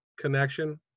connection